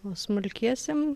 o smulkiesiem